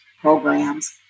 programs